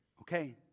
okay